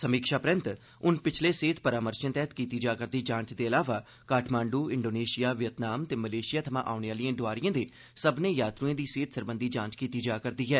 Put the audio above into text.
समीक्षा परैन्त हुन पिछले सेहत परामर्शे तैहत कीती जा करदी जाँच दे अलावा काठमांडू इंडोनेशिया वियतनाम ते मलेशिया थमां आने आहलियें डोआरियें दे सब्बनें यात्रुएं दी सेहत सरबंघी जांच कीती जा करदी ऐ